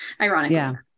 ironically